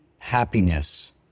Happiness